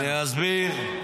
אני אסביר.